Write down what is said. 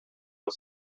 was